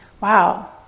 Wow